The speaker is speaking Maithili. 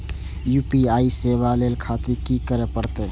यू.पी.आई सेवा ले खातिर की करे परते?